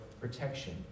protection